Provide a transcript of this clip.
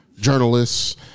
journalists